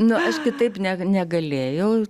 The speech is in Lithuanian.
nu aš kitaip ne negalėjau